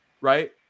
Right